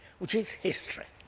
which is history?